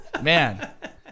Man